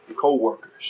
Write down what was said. co-workers